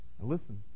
listen